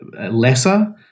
lesser